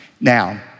Now